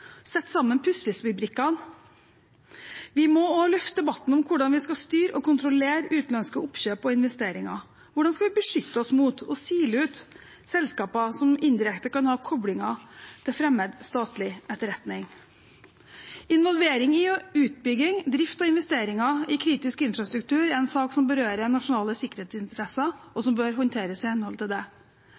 sette sammen puslespillbrikkene? Vi må løfte debatten om hvordan vi skal styre og kontrollere utenlandske oppkjøp og investeringer. Hvordan skal vi beskytte oss mot og sile ut selskaper som indirekte kan ha koblinger til fremmed statlig etterretning? Involvering og utbygging, drift og investeringer i kritisk infrastruktur er en sak som berører nasjonale sikkerhetsinteresser, og som bør håndteres i henhold til det.